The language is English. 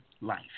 life